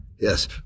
Yes